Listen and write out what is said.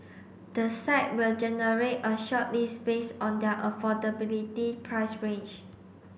the site will generate a shortlist based on their affordability price range